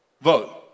vote